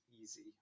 easy